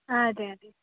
ആ അതെയതെ